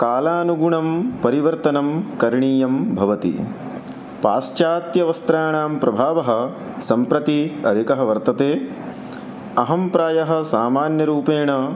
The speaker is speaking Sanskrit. कालानुगुणं परिवर्तनं करणीयं भवति पाश्चात्यवस्त्राणां प्रभावं सम्प्रति अधिकं वर्तते अहं प्रायः सामान्यरूपेण